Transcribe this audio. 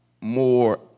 more